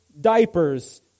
diapers